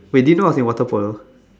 wait you didn't know I was in water polo